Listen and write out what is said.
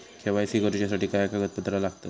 KYC करूच्यासाठी काय कागदपत्रा लागतत?